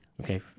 Okay